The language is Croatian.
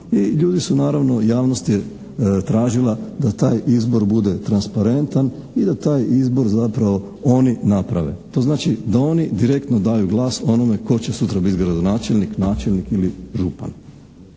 ljudi su naravno, javnost je tražila da taj izbor bude transparentan i da taj izbor zapravo oni naprave. To znači da oni direktno daju glas onome tko će sutra biti gradonačelnik, načelnik ili župan.